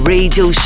Radio